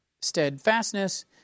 steadfastness